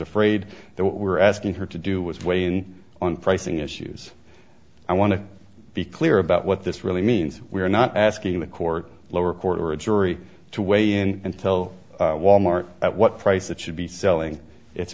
afraid they were asking her to do was weigh in on pricing issues i want to be clear about what this really means we're not asking the court lower court or a jury to weigh in until wal mart at what price it should be selling it